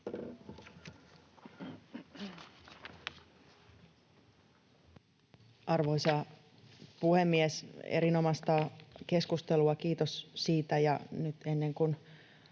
Arvoisa puhemies! Erinomaista keskustelua, kiitos siitä.